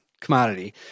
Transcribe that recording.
commodity